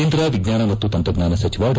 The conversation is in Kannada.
ಕೇಂದ್ರ ವಿಜ್ಞಾನ ಮತ್ತು ತಂತ್ರಜ್ಞಾನ ಸಚಿವ ಡಾ